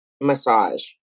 massage